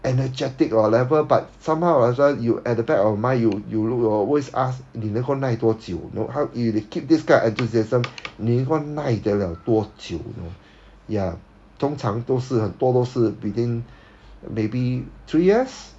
energetic or whatever but somehow or other you at the back of your mind you look you always ask 你能够耐多久 know how you keep this kind of enthusiasm 你能够耐得了多久 know ya 通常都是很多都是 begin maybe three years